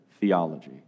Theology